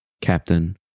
captain